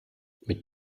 mit